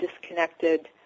disconnected